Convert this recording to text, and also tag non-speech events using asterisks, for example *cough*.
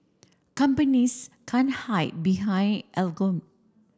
companies can't hide behind *unintelligible*